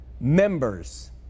members